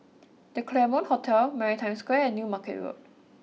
the Claremont Hotel Maritime Square and New Market Road